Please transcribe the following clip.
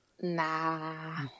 Nah